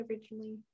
originally